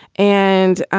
and